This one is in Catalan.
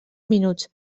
minuts